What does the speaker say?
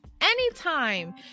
Anytime